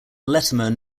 letterman